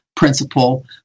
principle